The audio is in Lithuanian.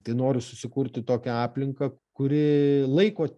tai noriu susikurti tokią aplinką kuri laiko